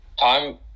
time